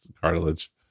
cartilage